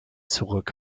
zurück